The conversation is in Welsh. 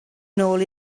nôl